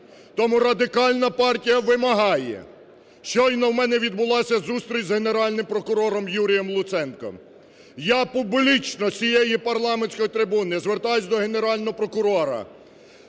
Тому Радикальна партія вимагає, щойно у мене відбулася зустріч з Генеральним прокурором Юрієм Луценком. Я публічно з цієї парламентської трибуни звертаюсь до Генерального прокурора: